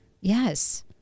Yes